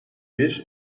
bir